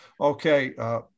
Okay